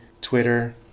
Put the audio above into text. Twitter